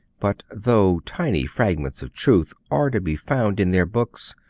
but, though tiny fragments of truth are to be found in their books,